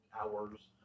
hours